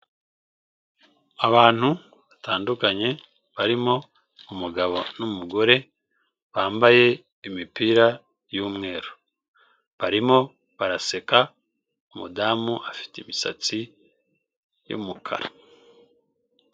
Abantu batandukanye barimo umugabo n'umugore bambaye imipira y'umweru, barimo baraseka umudamu afite imisatsi y'umukara.